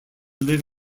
live